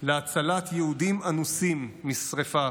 להצלת יהודים אנוסים משרפה